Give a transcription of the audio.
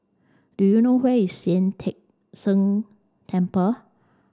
do you know where is Sian Teck Temple